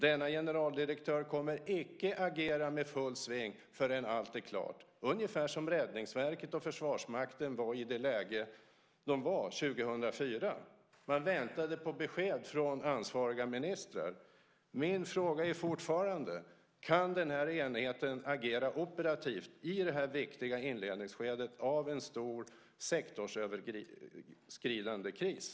Denna generaldirektör kommer icke att agera med full sving förrän allt är klart - ungefär som Räddningsverket och Försvarsmakten hade det i det läge man befann sig i 2004. Man väntade på besked från ansvariga ministrar. Min fråga är fortfarande: Kan den här enheten agera operativt i det viktiga inledningsskedet av en stor sektorsöverskridande kris?